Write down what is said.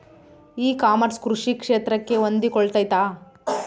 E commerce ಕೃಷಿ ಕ್ಷೇತ್ರಕ್ಕೆ ಹೊಂದಿಕೊಳ್ತೈತಾ?